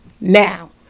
now